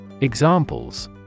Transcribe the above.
Examples